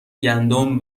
گندم